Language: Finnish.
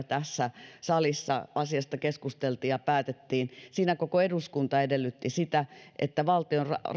tässä salissa asiasta keskusteltiin ja päätettiin siinä koko eduskunta edellytti sitä että valtion